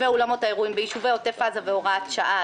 ואולמות האירועים ביישובי עוטף עזה והוראת שעה),